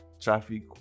traffic